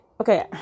okay